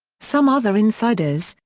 some other insiders,